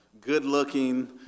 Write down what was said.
good-looking